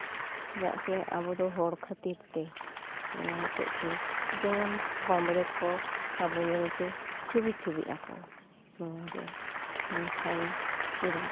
ᱪᱮᱫᱟᱜ ᱥᱮ ᱟᱵᱚ ᱫᱚ ᱦᱚᱲ ᱠᱷᱟᱹᱛᱤᱨ ᱛᱮ ᱚᱱᱟ ᱦᱚᱛᱮᱡ ᱛᱮ ᱡᱮᱢᱚᱱ ᱵᱟᱢᱵᱽᱲᱮ ᱠᱚ ᱟᱵᱚ ᱧᱮᱞ ᱛᱮ ᱪᱷᱩᱵᱤᱼᱪᱷᱩᱵᱤ ᱟᱠᱚ ᱱᱚᱣᱟ ᱜᱮ ᱢᱮᱱᱠᱷᱟᱱ ᱪᱮᱫᱟᱜ